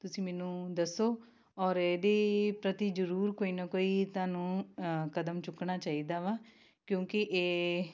ਤੁਸੀਂ ਮੈਨੂੰ ਦੱਸੋ ਔਰ ਇਹਦੇ ਪ੍ਰਤੀ ਜ਼ਰੂਰ ਕੋਈ ਨਾ ਕੋਈ ਤੁਹਾਨੂੰ ਕਦਮ ਚੁੱਕਣਾ ਚਾਹੀਦਾ ਵਾ ਕਿਉਂਕਿ ਇਹ